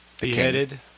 Beheaded